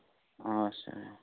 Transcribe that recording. اچھا